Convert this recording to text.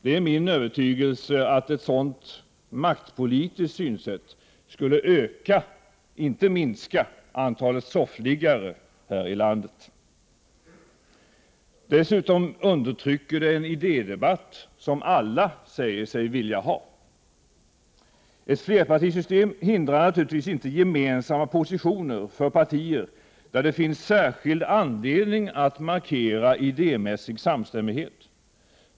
Det är min övertygelse att ett sådant maktpolitiskt synsätt skulle öka — inte minska — antalet s.k. soffliggare här i landet. Dessutom undertrycker det en idédebatt som alla säger sig vilja ha. Ett flerpartisystem hindrar naturligtvis inte gemensamma positioner för partier där det finns särskild anledning att markera idémässig samstämmighet.